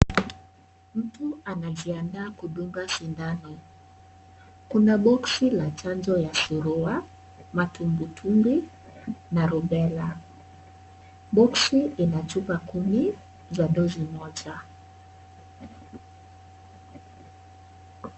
Mtu anajiandaa kudunga sindano. Kuna boksi la chanjo ya surua, matumbwitumwi na rubela. Boksi ina chupa kumi za dozi moja.